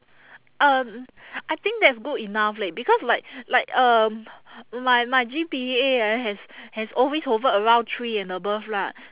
um I think that's good enough leh because like like um my my G_P_A ah has has always hovered around three and above lah